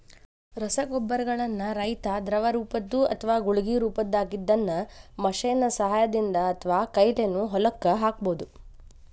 ರಸಗೊಬ್ಬರಗಳನ್ನ ರೈತಾ ದ್ರವರೂಪದ್ದು ಅತ್ವಾ ಗುಳಿಗಿ ರೊಪದಾಗಿದ್ದಿದ್ದನ್ನ ಮಷೇನ್ ನ ಸಹಾಯದಿಂದ ಅತ್ವಾಕೈಲೇನು ಹೊಲಕ್ಕ ಹಾಕ್ಬಹುದು